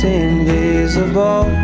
invisible